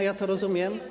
Ja to rozumiem.